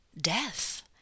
death